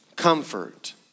comfort